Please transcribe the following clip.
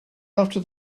after